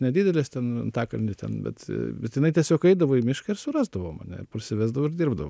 nedidelis ten antakalny ten bet bet jinai tiesiog eidavo į mišką ir surasdavo mane parsivesdavo ir dirbdavo